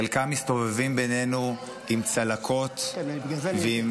חלקם מסתובבים בינינו עם צלקות ועם